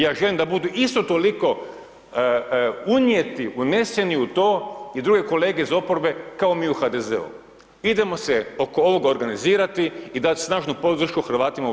Ja želim da budu isto toliko unijeti, uneseni u to i druge kolege iz oporbe kao mi u HDZ-u, idemo se oko ovog organizirati i dat snažnu podršku Hrvatima u BiH-u.